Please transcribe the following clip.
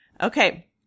okay